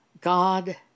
God